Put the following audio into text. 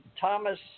Thomas